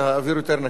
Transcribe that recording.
האוויר יותר נקי.